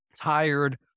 tired